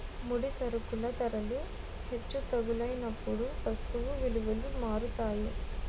ముడి సరుకుల ధరలు హెచ్చు తగ్గులైనప్పుడు వస్తువు విలువలు మారుతాయి